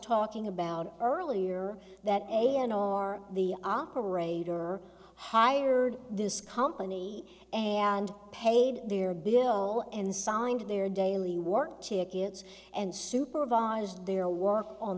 talking about earlier that a n r r the operator hired this company and paid their bill and signed their daily work tickets and supervised their work on